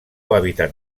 hàbitat